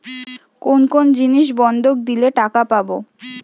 কোন কোন জিনিস বন্ধক দিলে টাকা পাব?